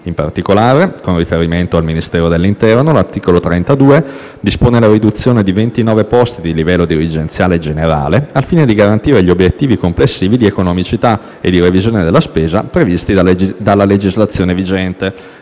In particolare, con riferimento al Ministero dell'interno, l'articolo 32 dispone la riduzione di 29 posti di livello dirigenziale generale, al fine di garantire gli obiettivi complessivi di economicità e di revisione della spesa previsti dalla legislazione vigente.